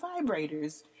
vibrators